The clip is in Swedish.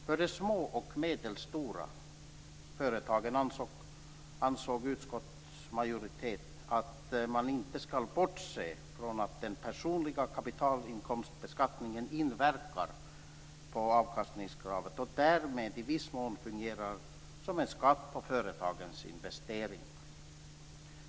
För de små och medelstora företagen ansåg utskottsmajoriteten att man inte ska bortse från att den personliga kapitalinkomstbeskattningen inverkar på avkastningskravet och därmed i viss mån fungerar som en skatt på företagens investeringar.